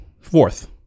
fourth